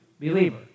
believer